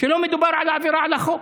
שלא מדובר על עבירה על החוק,